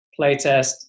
playtest